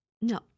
No